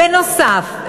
בנוסף,